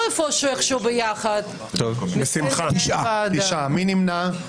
אין ההסתייגות מס' 4 של קבוצת סיעת יש עתיד לא נתקבלה.